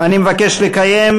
אני מבקש לקיים,